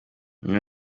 umwe